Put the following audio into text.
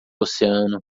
oceano